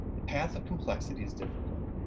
the path of complexity is difficult,